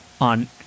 on